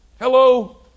Hello